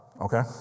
okay